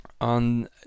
on